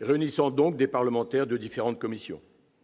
réunissant des parlementaires de différentes commissions.